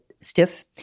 stiff